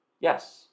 Yes